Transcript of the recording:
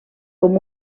com